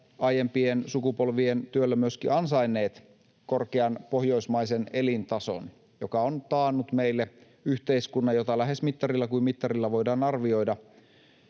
aiempien sukupolvien työllä myöskin ansainneet, korkean pohjoismaisen elintason — joka on taannut meille yhteiskunnan, jota lähes mittarilla kuin mittarilla voidaan arvioida